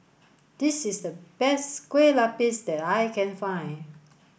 this is the best Kueh Lapis that I can find